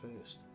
first